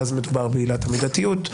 ואז מדובר בעילת המידתיות.